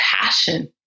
passion